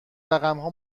رقمها